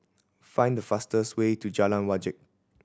find the fastest way to Jalan Wajek